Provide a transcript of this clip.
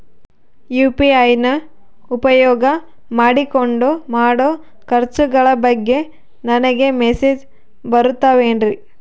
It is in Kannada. ಯು.ಪಿ.ಐ ನ ಉಪಯೋಗ ಮಾಡಿಕೊಂಡು ಮಾಡೋ ಖರ್ಚುಗಳ ಬಗ್ಗೆ ನನಗೆ ಮೆಸೇಜ್ ಬರುತ್ತಾವೇನ್ರಿ?